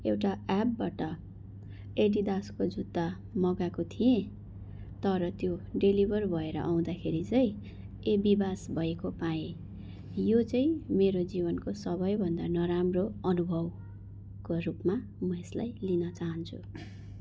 एउटा एपबाट एडिडासको जुत्ता मगाएको थिएँ तर त्यो डेलिभर भएर आउँदाखेरि चाहिँ एबिबास भएको पाएँ यो चाहिँ मेरो जीवनको सबैभन्दा नराम्रो अनुभवको रूपमा म यसलाई लिन चाहन्छु